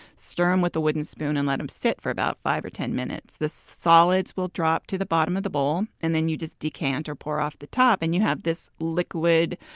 stir them um with a wooden spoon, and let them sit for about five or ten minutes. the solids will drop to the bottom of the bowl. and then you just decant or pour off the top. and you have this liquid,